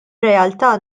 realtà